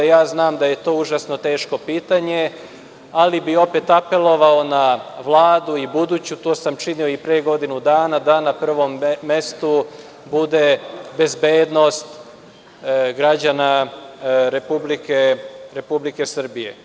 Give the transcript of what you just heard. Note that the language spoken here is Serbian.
Ja znam da je to užasno teško pitanje, ali bih opet apelovao na Vladu, i buduću, to sam činio i pre godinu dana, da na prvom mestu bude bezbednost građana Republike Srbije.